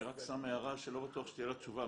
אני רק מעיר הערה שלא בטוח שתהיה לה תשובה.